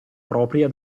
propria